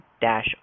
dash